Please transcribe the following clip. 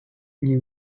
nie